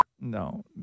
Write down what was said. No